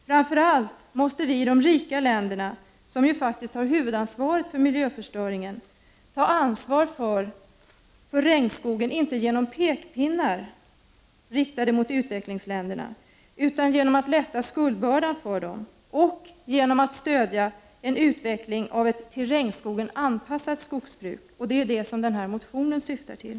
Framför allt måste vi i de rika länderna, som faktiskt har huvudansvaret för miljöförstöringen, ta ansvar för regnskogen, men inte genom pekpinnar riktade mot utvecklingsländerna utan genom att lätta skuldbördan för dem och genom att stödja en utveckling av ett till regnskogen anpassat skogsbruk. Det är detta som motion Jo797 syftar till.